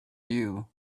you